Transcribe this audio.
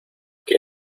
que